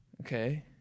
Okay